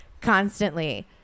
constantly